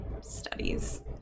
studies